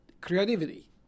creativity